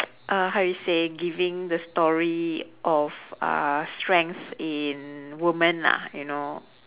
how you say giving the story of uh strength in woman lah you know